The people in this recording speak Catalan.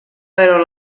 però